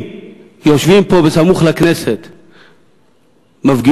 אם יושבים פה בסמוך לכנסת מפגינים,